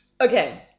Okay